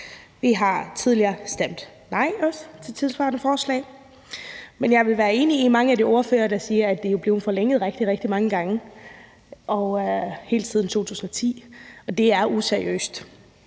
Vi har også tidligere stemt nej til tilsvarende forslag. Men jeg er enig med mange af de ordførere, der siger, at det jo er blevet forlænget rigtig, rigtig mange gange, helt siden 2010, og at det er useriøst.